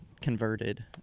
converted